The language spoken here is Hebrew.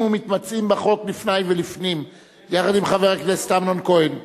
ומתמצאים בחוק לפני ולפנים יחד עם חבר הכנסת אמנון כהן.